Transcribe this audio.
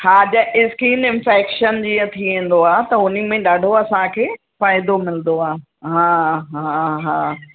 हा जे skin infection जीअं थी वेंदो आहे त उन्हीअ में ॾाढो असांखे फ़ाइदो मिलंदो आहे हा हा हा